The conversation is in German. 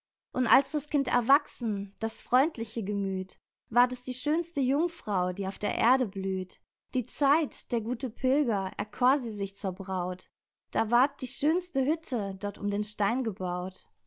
und als das kind erwachsen das freundliche gemüth ward es die schönste jungfrau die auf der erde blüht die zeit der gute pilger erkor sie sich zur braut da ward die schönste hütte dort um den stein gebaut